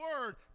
word